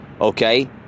Okay